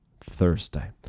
Thursday